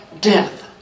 Death